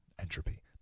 entropy